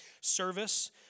Service